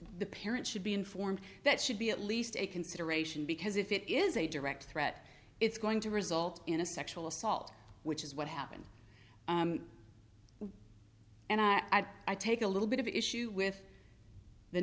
the parents should be informed that should be at least a consideration because if it is a direct threat it's going to result in a sexual assault which is what happened and i i take a little bit of issue with the